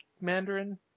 Mandarin